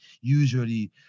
usually